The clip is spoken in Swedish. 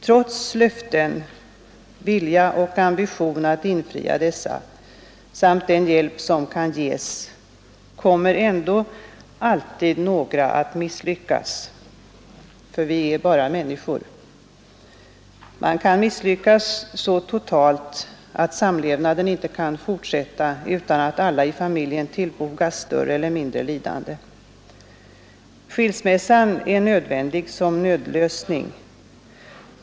Trots löften, vilja och ambition att infria dessa, samt den hjälp som kan ges, kommer ändå alltid några att misslyckas; vi är bara människor. Man kan misslyckas så totalt att samlevnaden inte kan fortsätta utan att alla i familjen tillfogas större eller mindre lidande. Skilsmässan är nödvändig som nödlösning.